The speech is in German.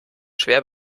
schwer